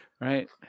right